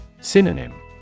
Synonym